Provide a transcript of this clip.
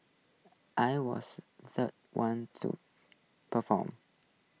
I was the third one to perform